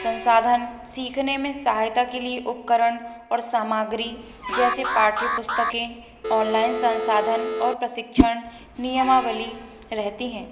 संसाधन सीखने में सहायता के लिए उपकरण और सामग्री जैसे पाठ्यपुस्तकें ऑनलाइन संसाधन और प्रशिक्षण नियमावली रहती हैं